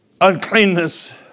uncleanness